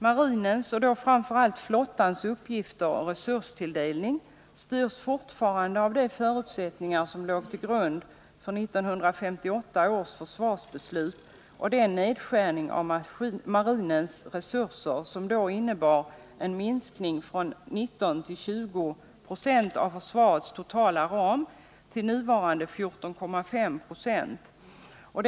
Marinens och då framför allt flottans uppgifter och resurstilldelning styrs fortfarande av de förutsättningar som låg till grund för 1958 års försvarsbeslut och den nedskärning av marinens resurser som då innebar en nedskärning från 19-20 96 av försvarets totala ram till nuvarande 14,5 926.